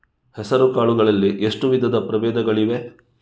ಹೆಸರುಕಾಳು ಗಳಲ್ಲಿ ಎಷ್ಟು ವಿಧದ ಪ್ರಬೇಧಗಳಿವೆ?